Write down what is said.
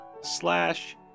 slash